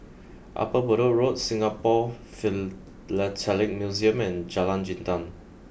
Upper Bedok Road Singapore Philatelic Museum and Jalan Jintan